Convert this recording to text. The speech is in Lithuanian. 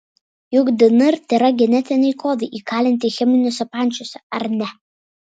juk dnr tėra genetiniai kodai įkalinti cheminiuose pančiuose ar ne